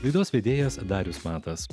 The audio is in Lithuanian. laidos vedėjas darius matas